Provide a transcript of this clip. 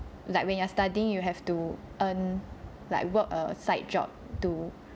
like when you're studying you have to earn like work a side job to